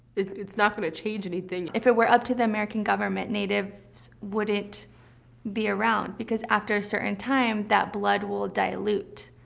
it's not going to change anything. if it were up to the american government, natives wouldn't be around. because after a certain time, that blood will dilute.